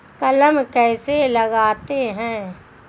कलम कैसे लगाते हैं?